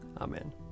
Amen